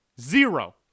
zero